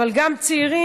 אבל גם צעירים,